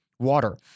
Water